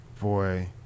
Boy